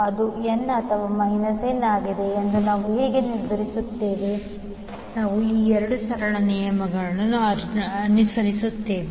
ಅದು n ಅಥವಾ n ಆಗಿದೆಯೇ ಎಂದು ನಾವು ಹೇಗೆ ನಿರ್ಧರಿಸುತ್ತೇವೆ ನಾವು ಈ 2 ಸರಳ ನಿಯಮಗಳನ್ನು ಅನುಸರಿಸುತ್ತೇವೆ